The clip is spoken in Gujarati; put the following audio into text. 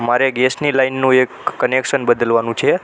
મારે ગેસની લાઇનનું એક કનેક્શન બદલવાનું છે